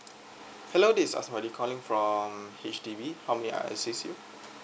hello this is asmali calling from um H_D_B how may I assist you